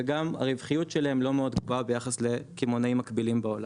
וגם הרווחיות שלהם לא מאוד גבוהה ביחד לקמעונאים גדולים בעולם.